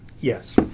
Yes